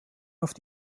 auf